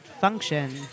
Function